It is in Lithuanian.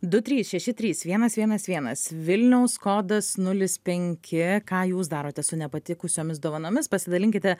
du trys šeši trys vienas vienas vienas vilniaus kodas nulis penki ką jūs darote su ne patikusiomis dovanomis pasidalinkite